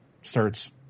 starts